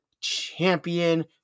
champion